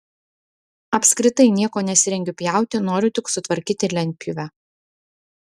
apskritai nieko nesirengiu pjauti noriu tik sutvarkyti lentpjūvę